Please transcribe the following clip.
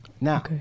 Now